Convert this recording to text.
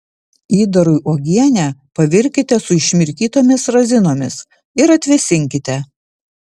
įdarui uogienę pavirkite su išmirkytomis razinomis ir atvėsinkite